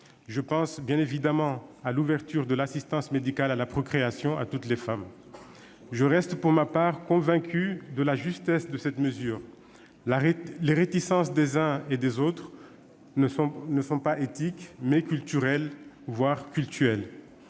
Je pense bien évidemment à l'ouverture de l'assistance médicale à la procréation à toutes les femmes. Je reste, pour ma part, convaincu de la justesse de cette mesure. Les réticences des uns et des autres sont non pas éthiques, mais culturelles, voire cultuelles.